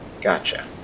Gotcha